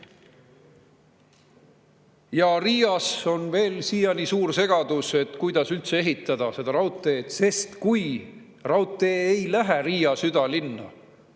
Riias on veel siiani suur segadus, kuidas üldse ehitada seda raudteed. Kui raudtee ei lähe Riia südalinna,